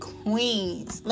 queens